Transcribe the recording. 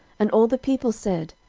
and all the people said,